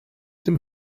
dem